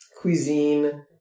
cuisine